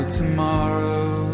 tomorrow